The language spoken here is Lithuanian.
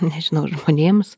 nežinau žmonėms